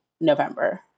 November